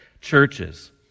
churches